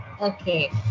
Okay